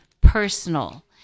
personal